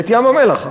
את ים-המלח.